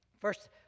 First